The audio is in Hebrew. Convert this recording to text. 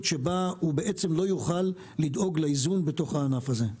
שבה הוא בעצם לא יוכל לדאוג לאיזון בתוך הענף הזה.